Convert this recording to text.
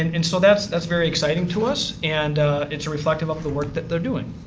and and so, that's that's very exciting to us and it's reflective of the work that they're doing.